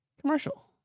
Commercial